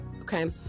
okay